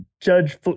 Judge